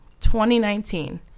2019